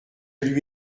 lui